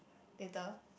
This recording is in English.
later